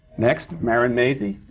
next, marin mazzie,